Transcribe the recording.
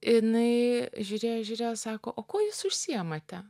jinai žiūrėjo žiūrėjo sako o kuo jūs užsiimate